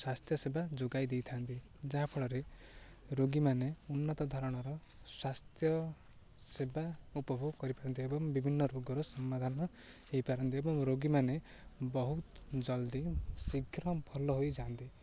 ସ୍ୱାସ୍ଥ୍ୟ ସେବା ଯୋଗାଇ ଦେଇଥାନ୍ତି ଯାହାଫଳରେ ରୋଗୀମାନେ ଉନ୍ନତ ଧରଣର ସ୍ୱାସ୍ଥ୍ୟ ସେବା ଉପଭୋଗ କରିପାରନ୍ତି ଏବଂ ବିଭିନ୍ନ ରୋଗର ସମାଧାନ ହେଇପାରନ୍ତି ଏବଂ ରୋଗୀମାନେ ବହୁତ ଜଲ୍ଦି ଶୀଘ୍ର ଭଲ ହୋଇଯାଆନ୍ତି